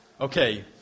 Okay